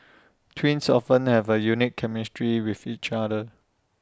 twins often have A unique chemistry with each other